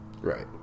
Right